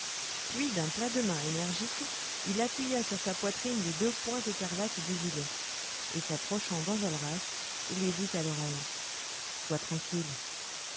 puis d'un plat de main énergique il appuya sur sa poitrine les deux pointes écarlates du gilet et s'approchant d'enjolras il lui dit à l'oreille sois tranquille